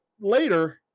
later